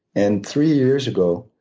and three years ago,